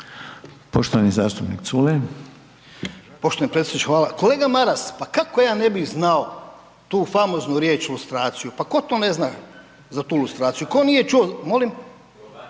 Stevo (HDZ)** Poštovani predsjedniče hvala. Kolega Maras pa kako ja ne bih znao tu famoznu riječ lustraciju, pa tko to ne zna za tu lustraciju, tko nije čuo